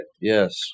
Yes